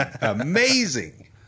amazing